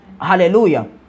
Hallelujah